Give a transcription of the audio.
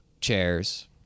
chairs